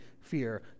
fear